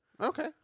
Okay